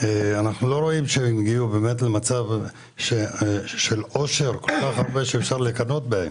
אנחנו לא רואים שהגיעו למצב של עושר שאפשר לקנא בהם.